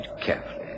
carefully